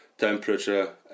temperature